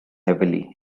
heavily